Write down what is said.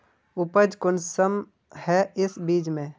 उपज कुंसम है इस बीज में?